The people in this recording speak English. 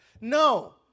No